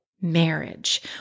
marriage